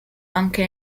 anche